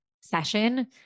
session